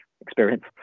experience